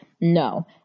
No